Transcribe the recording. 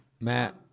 Matt